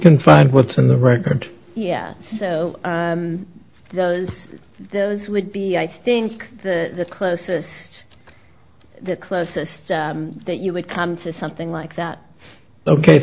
can find what's in the record so those those would be i think the closest the closest that you would come to something like that ok